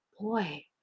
boy